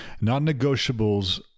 Non-negotiables